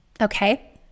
Okay